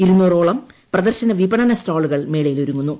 ഇരുന്നൂറോളം പ്രദർശന വിപണന സ്റ്റാളുകൾ മേളയിലൊരുങ്ങുന്നു